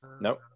Nope